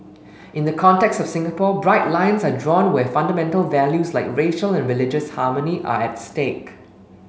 in the context of Singapore bright lines are drawn where fundamental values like racial and religious harmony are at stake